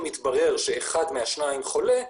אם התברר שאחד מהשניים חולה,